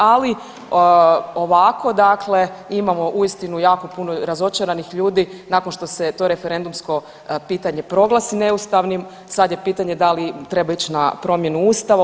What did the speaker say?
Ali ovako dakle imamo uistinu jako puno razočaranih ljudi nakon što se to referendumsko pitanje proglasi neustavnim, sad je pitanje da li treba ić na promjenu Ustavnu.